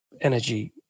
energy